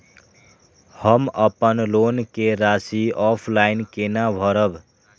हम अपन लोन के राशि ऑफलाइन केना भरब?